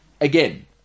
again